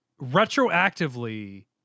retroactively